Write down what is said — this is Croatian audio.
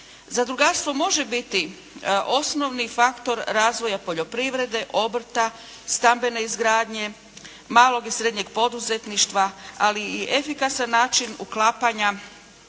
Zadrugarstvo može biti osnovni faktor razvoja poljoprivrede, obrta, stambene izgradnje, malog i srednjeg poduzetništva, ali i efikasan način uklapanja